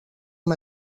amb